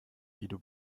guido